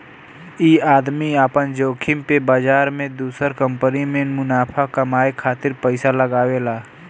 ई आदमी आपन जोखिम पे बाजार मे दुसर कंपनी मे मुनाफा कमाए खातिर पइसा लगावेला